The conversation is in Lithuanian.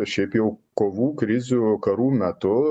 šiaip jau kovų krizių karų metu